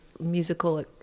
musical